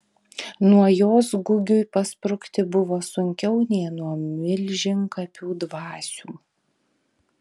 nuo jos gugiui pasprukti buvo sunkiau nei nuo milžinkapių dvasių